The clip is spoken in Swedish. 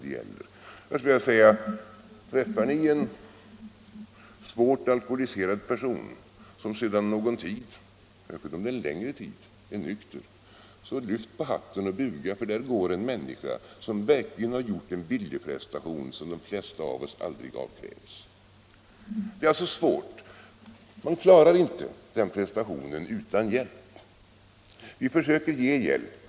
Träffar ni en svårt alkoholiserad person, som sedan någon tid — särskilt om det är en längre tid — är nykter, så lyft på hatten och buga, för där går en människa som verkligen gjort en viljeprestation som de flesta av oss aldrig avkrävs. Det är alltså svårt. Man klarar inte den prestationen utan hjälp. Vi försöker ge hjälp.